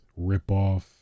ripoff